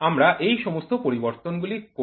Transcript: আমরা এই সমস্ত পরিবর্তনগুলি করি